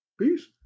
Peace